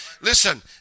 Listen